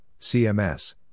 CMS